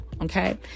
Okay